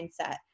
mindset